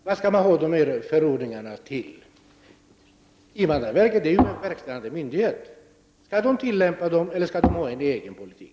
Vad skall man ha dessa förordningar till? Invandrarverket är ju en verkställande myndighet. Skall invandrarverket tillämpa dessa förordningar eller skall invandrarverket föra en egen politik?